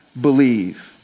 believe